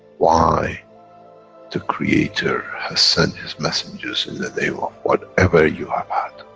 why the creator has sent his messengers in the name of whatever you have had.